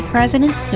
President